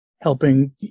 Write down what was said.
helping